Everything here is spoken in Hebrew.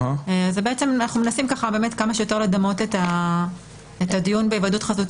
אנחנו מנסים כמה שיותר לדמות את הדיון בהיוועדות חזותית.